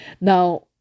Now